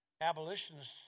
abolitionists